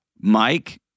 Mike